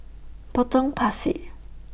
Potong Pasir